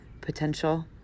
potential